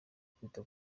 kwita